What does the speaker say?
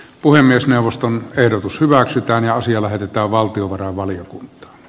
puhemiesneuvoston ehdotus hyväksytään ja asia lähetetään valtiovarainvaliokunta